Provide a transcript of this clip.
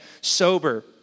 sober